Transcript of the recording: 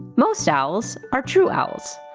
most owls are true owls.